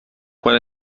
quan